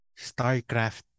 StarCraft